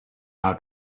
how